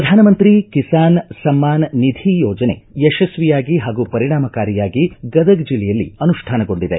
ಪ್ರಧಾನಮಂತ್ರಿ ಕಿಸಾನ್ ಸಮ್ಮಾನ್ ನಿಧಿ ಯೋಜನೆ ಯಶಸ್ವಿಯಾಗಿ ಪಾಗೂ ಪರಿಣಾಮಕಾರಿಯಾಗಿ ಗದಗ ಜಿಲ್ಲೆಯಲ್ಲಿ ಅನುಷ್ಠಾನಗೊಂಡಿದೆ